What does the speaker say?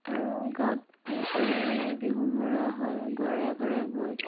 আৰু গাঁৱত হুঁচৰি বিহু মৰা হয় ঘৰে ঘৰে গৈ